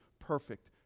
perfect